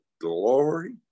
glory